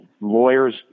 lawyers